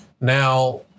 Now